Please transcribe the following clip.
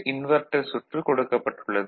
inverter சுற்று கொடுக்கப்பட்டுள்ளது